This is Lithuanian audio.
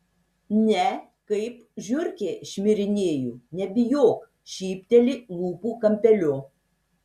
ne kaip žiurkė šmirinėju nebijok šypteli lūpų kampeliu